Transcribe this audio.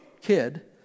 kid